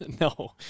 no